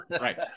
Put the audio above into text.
Right